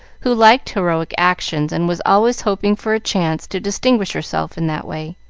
who liked heroic actions, and was always hoping for a chance to distinguish herself in that way.